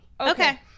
Okay